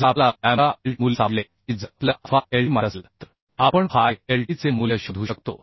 तर जर आपल्याला लॅम्बडा एलटी मूल्य सापडले आणि जर आपल्याला अल्फा एलटी माहित असेल तर आपण फाय एलटीचे मूल्य शोधू शकतो